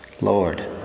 Lord